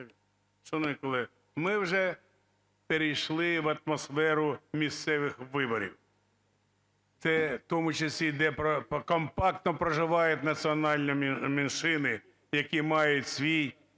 Шановні колеги, ми вже перейшли в атмосферу місцевих виборів. Це, в тому числі й де компактно проживають національні меншини, які мають свій…